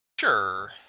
Sure